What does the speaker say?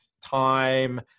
time